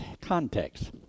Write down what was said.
context